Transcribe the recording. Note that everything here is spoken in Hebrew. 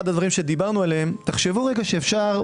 אחד הדברים שדיברנו עליהם אחד הדברים שדיברנו